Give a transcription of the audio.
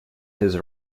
his